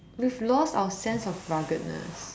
we've lost our sense of ruggedness